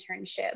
internship